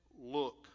look